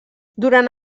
durant